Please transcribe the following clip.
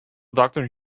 doctor